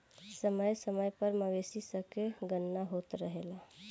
समय समय पर मवेशी सन के गणना होत रहेला